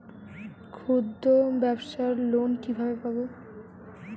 ক্ষুদ্রব্যাবসার লোন কিভাবে পাব?